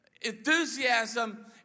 Enthusiasm